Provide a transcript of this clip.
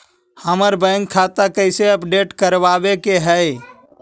हमर बैंक खाता कैसे अपडेट करबाबे के है?